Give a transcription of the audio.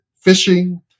fishing